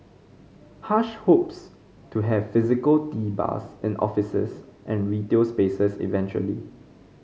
hush hopes to have physical tea bars in offices and retail spaces eventually